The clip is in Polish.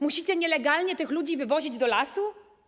Musicie nielegalnie tych ludzi wywozić do lasu?